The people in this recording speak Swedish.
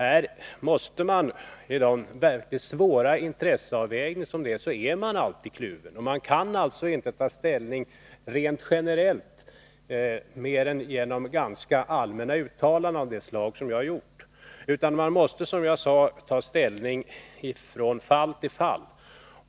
Det handlar om verkligt svåra intresseavvägningar, och då är man alltid kluven. Man kan rent generellt inte ta ställning, annat än genom ganska allmänna uttalanden av det slag jag har gjort, utan man måste ta ställning från fall till fall.